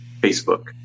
Facebook